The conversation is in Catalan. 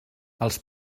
els